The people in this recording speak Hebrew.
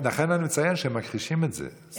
לכן אני מציין שהם מכחישים את זה.